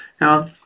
Now